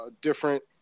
different